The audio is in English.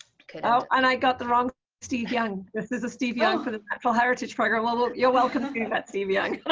ah and i got the wrong steve young this is steve young from the natural heritage program well but you're welcome welcome to that steve young